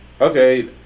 Okay